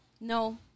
No